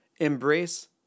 Embrace